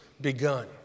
begun